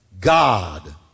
God